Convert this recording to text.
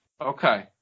okay